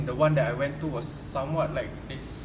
the one that I went to was somewhat like this